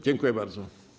Dziękuję bardzo.